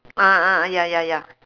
ah ah ya ya ya